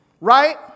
right